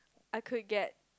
I could get